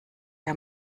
der